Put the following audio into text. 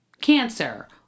cancer